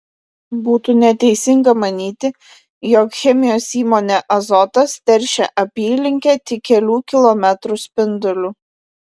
būtų neteisinga manyti jog chemijos įmonė azotas teršia apylinkę tik kelių kilometrų spinduliu